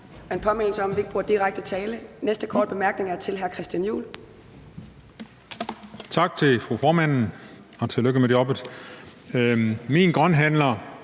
en påmindelse om, at vi ikke bruger direkte tiltale. Den næste korte bemærkning er til hr. Christian Juhl.